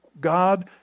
God